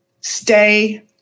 stay